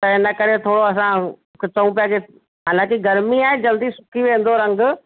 त इन करे थोरो असां ॾिसूं पिया की हालांकि गर्मी आहे जल्दी सुकी वेंदो रंग